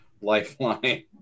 Lifeline